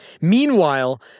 Meanwhile